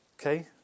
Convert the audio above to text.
Okay